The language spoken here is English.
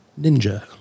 Ninja